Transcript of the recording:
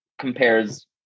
compares